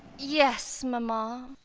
yes, mamma.